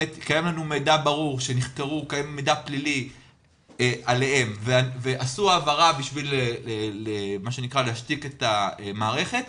לגבי מידע פלילי על אנשים שעשו להם העברה כדי להשתיק את המערכת,